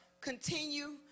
continue